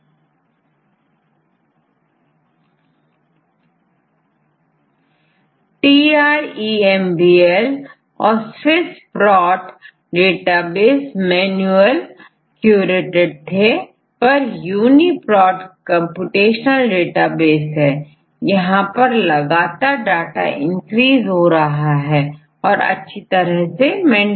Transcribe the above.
TrEMBL और SWISS PROT database manual curated थे परUni Prot कंप्यूटेशनल डेटाबेस और यहां पर लगातार डाटा इनक्रीस हो रहा है और अच्छी तरह से मेंटेन है